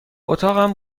اتاقم